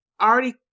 already